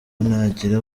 ntangira